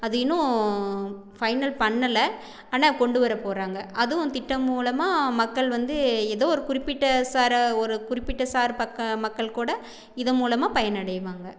அது இன்னும் ஃபைனல் பண்ணலை ஆனால் கொண்டு வர போகிறாங்க அதுவும் திட்டம் மூலமாக மக்கள் வந்து ஏதோ ஒரு குறிப்பிட்ட சாரா ஒரு குறிப்பிட்ட சார் பக்கம் மக்கள் கூட இது மூலமாக பயன் அடைவாங்க